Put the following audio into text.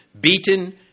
Beaten